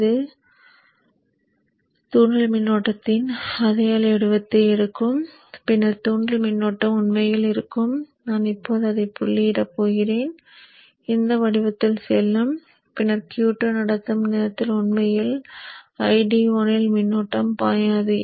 இது தூண்டல் மின்னோட்டத்தின் அதே அலை வடிவத்தை எடுக்கும் பின்னர் தூண்டல் மின்னோட்டம் உண்மையில் இருக்கும் நான் இப்போது அதை புள்ளியிடப் போகிறேன் இந்த வடிவத்தில் செல்லும் பின்னர் Q2 நடத்தும் நேரத்தில் உண்மையில் ID1ல் மின்னோட்டம் பாயாது